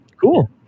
cool